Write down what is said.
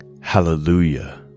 hallelujah